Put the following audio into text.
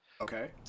Okay